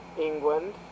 England